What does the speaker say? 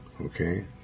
Okay